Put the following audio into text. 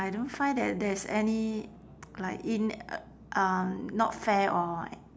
I don't find that there is any like in~ uh not fair or